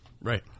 right